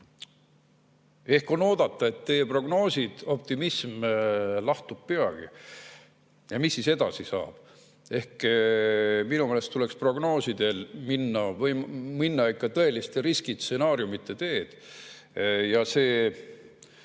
Ehk on oodata, et teie prognooside optimism lahtub peagi. Ja mis siis edasi saab? Aga minu meelest tuleks prognoosidel minna ikka tõeliste riskistsenaariumide teed. Ja see